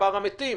מספר המתים